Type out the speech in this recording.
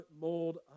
mold